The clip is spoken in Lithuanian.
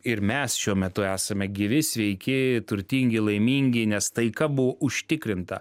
ir mes šiuo metu esame gyvi sveiki turtingi laimingi nes taika buvo užtikrinta